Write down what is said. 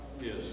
Yes